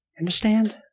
understand